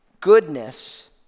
goodness